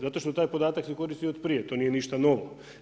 Zato što taj podatak se koristio od prije, to nije ništa novo.